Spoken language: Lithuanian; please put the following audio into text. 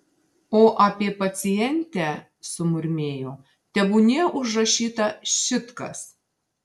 o apie pacientę sumurmėjo tebūnie užrašyta šit kas